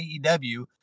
AEW